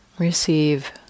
Receive